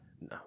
No